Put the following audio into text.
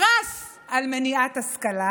פרס על מניעת השכלה,